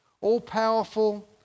all-powerful